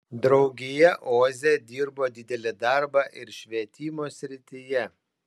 draugija oze dirbo didelį darbą ir švietimo srityje